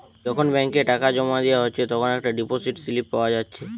যখন ব্যাংকে টাকা জোমা দিয়া হচ্ছে তখন একটা ডিপোসিট স্লিপ পাওয়া যাচ্ছে